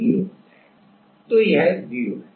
तो यह 0 है